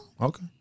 Okay